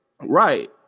Right